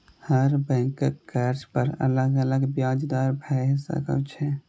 हर बैंकक कर्ज पर अलग अलग ब्याज दर भए सकै छै